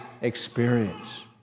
experience